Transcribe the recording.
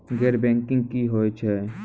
गैर बैंकिंग की होय छै?